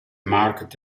marc